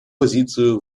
позицию